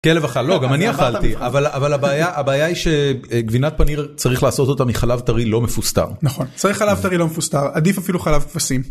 כלב אכל לא גם אני אכלתי אבל אבל הבעיה הבעיה היא שגבינת פניר צריך לעשות אותה מחלב טרי לא מפוסטר נכון צריך חלב טרי לא מפוסטר, עדיף אפילו חלב כבשים.